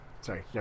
Sorry